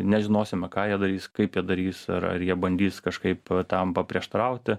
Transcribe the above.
nežinosime ką jie darys kaip jie darys ar ar jie bandys kažkaip tam paprieštarauti